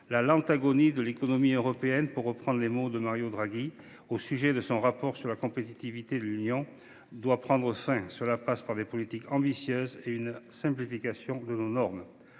La « lente agonie » de l’économie européenne, pour reprendre l’expression employée par Mario Draghi dans son rapport sur la compétitivité de l’Union, doit prendre fin. Cela passe par des politiques ambitieuses et une simplification de nos normes.